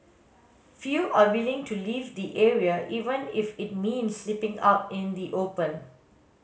few are willing to leave the area even if it means sleeping out in the open